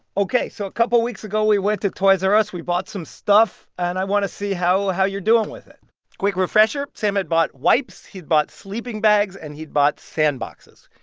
ok, so a couple weeks ago we went to toys r us, we bought some stuff, and i want to see how how you're doing with it quick refresher sam had bought wipes, he'd bought sleeping bags, and he'd bought sandboxes.